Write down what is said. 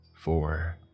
Four